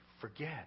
forget